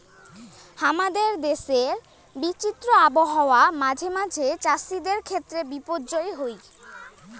হামাদের দেশের বিচিত্র আবহাওয়া মাঝে মাঝে চ্যাসিদের ক্ষেত্রে বিপর্যয় হই